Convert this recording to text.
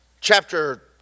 chapter